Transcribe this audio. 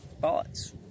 thoughts